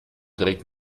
trägt